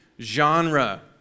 Genre